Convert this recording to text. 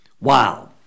Wow